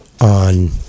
on